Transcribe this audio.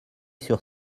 sur